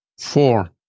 Four